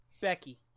Becky